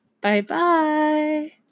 Bye-bye